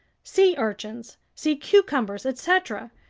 sea urchins, sea cucumbers, etc,